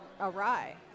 awry